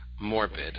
morbid